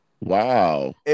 Wow